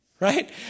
right